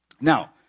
Now